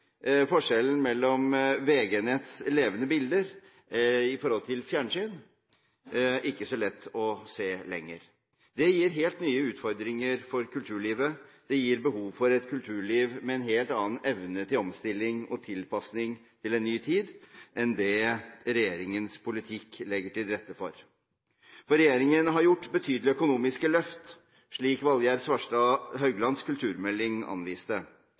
forskjellen mellom VG Netts levende bilder og fjernsyn? Det er ikke så lett å se lenger. Det gir helt nye utfordringer for kulturlivet. Det gir behov for et kulturliv med en helt annen evne til omstilling og tilpasning til en ny tid enn det regjeringens politikk legger til rette for. Regjeringen har gjort betydelige økonomiske løft, slik Valgerd Svarstad Hauglands kulturmelding anviste,